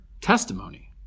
testimony